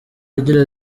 agira